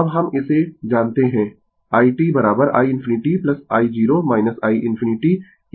अब हम इसे जानते है i t i ∞ i0 i ∞ e t tτ